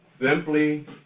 simply